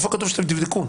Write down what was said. איפה כתוב שאתם תבדקו?